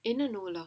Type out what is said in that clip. ஆமா:aamaa